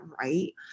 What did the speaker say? right